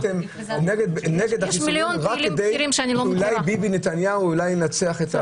--- רק כדי שאולי ביבי נתניהו ינצח.